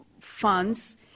funds